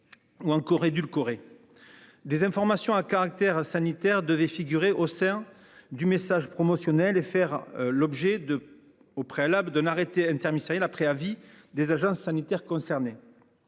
Des informations à caractère sanitaire devait figurer au sein du message promotionnel et faire l'objet de au préalable d'un arrêté interministériel après avis des agences sanitaires concernées.